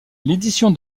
l’édition